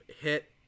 hit